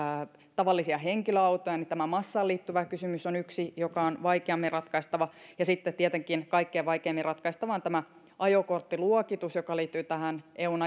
tavallisia henkilöautoja niin tämä massaan liittyvä kysymys on yksi joka on vaikeammin ratkaistava sitten tietenkin kaikkein vaikeimmin ratkaistava on tämä ajokorttiluokitus joka liittyy tähän eun